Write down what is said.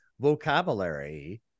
vocabulary